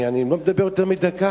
אני לא מדבר יותר מדקה.